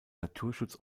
naturschutz